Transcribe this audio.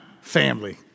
family